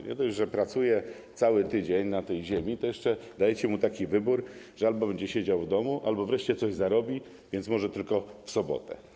Nie dość, że pracuje cały tydzień na ziemi, to jeszcze dajecie mu taki wybór, że albo będzie siedział w domu, albo wreszcie coś zarobi, i może to zrobić tylko w sobotę.